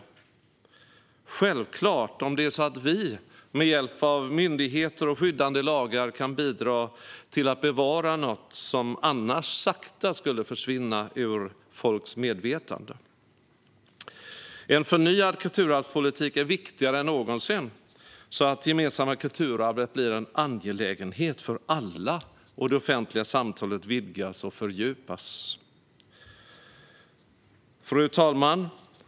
Ja, självklart, om det är så att vi med hjälp av myndigheter och skyddande lagar kan bidra till att bevara något som annars sakta skulle försvinna ur folks medvetande. En förnyad kulturarvspolitik är viktigare än någonsin så att det gemensamma kulturarvet blir en angelägenhet för alla, och det offentliga samtalet vidgas och fördjupas. Fru talman!